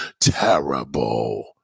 terrible